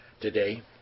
today